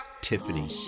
tiffany